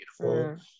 beautiful